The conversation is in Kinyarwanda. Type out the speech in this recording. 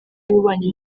y’ububanyi